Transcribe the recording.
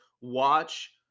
watch